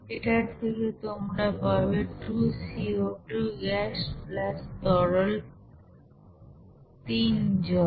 এটার থেকে তোমরা পাবে 2CO2 গ্যাস তরল 3 জল